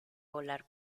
volar